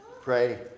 pray